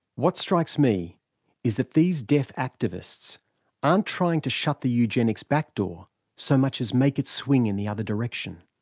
what strikes me is that these deaf activists aren't trying to shut the eugenics backdoor so much as make it swing in the other direction.